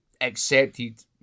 accepted